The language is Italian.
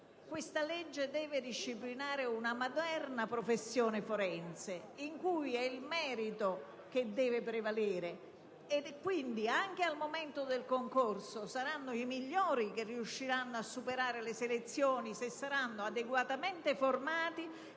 Questa legge deve disciplinare una moderna professione forense in cui è il merito a dover prevalere e quindi anche al momento del concorso saranno i migliori a superare le selezioni se adeguatamente formati